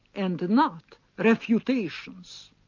and not but refutations.